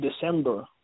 December